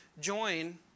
join